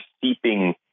seeping